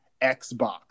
Xbox